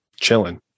chilling